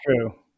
true